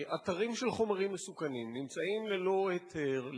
אתרים של חומרים מסוכנים נמצאים ללא היתר,